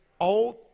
old